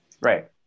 right